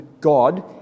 God